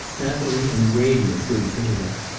natalie in radiant good humor.